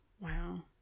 Wow